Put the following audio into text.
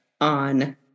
on